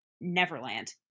Neverland